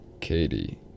Katie